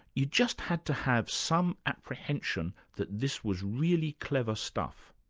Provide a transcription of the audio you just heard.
you just had to have some apprehension that this was really clever stuff.